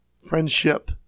friendship